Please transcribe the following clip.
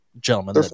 gentlemen